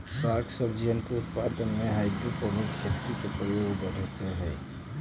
साग सब्जियन के उत्पादन में हाइड्रोपोनिक खेती के प्रयोग बढ़ते हई